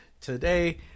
today